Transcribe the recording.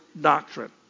doctrine